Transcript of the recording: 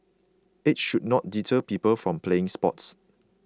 age should not deter people from playing sports